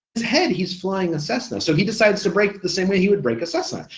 his head, he's flying a cessna, so he decides to brake the same way he would brake a cessna,